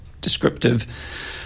descriptive